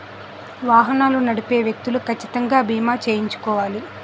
వాహనాలు నడిపే వ్యక్తులు కచ్చితంగా బీమా చేయించుకోవాలి